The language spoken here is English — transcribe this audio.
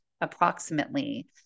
approximately